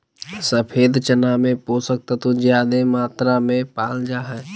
सफ़ेद चना में पोषक तत्व ज्यादे मात्रा में पाल जा हइ